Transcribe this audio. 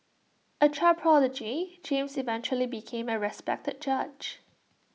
A child prodigy James eventually became A respected judge